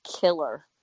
killer